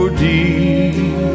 deep